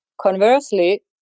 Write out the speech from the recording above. Conversely